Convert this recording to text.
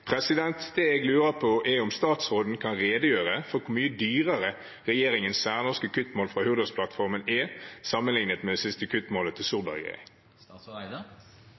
Det jeg lurer på, er om statsråden kan redegjøre for hvor mye dyrere regjeringens særnorske kuttmål fra Hurdalsplattformen er sammenlignet med det siste kuttmålet til